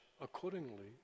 accordingly